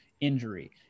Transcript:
injury